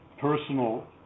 personal